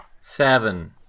Seven